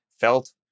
felt